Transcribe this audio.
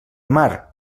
mar